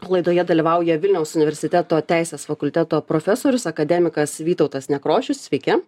laidoje dalyvauja vilniaus universiteto teisės fakulteto profesorius akademikas vytautas nekrošius sveiki